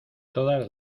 todas